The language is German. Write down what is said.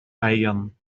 bayern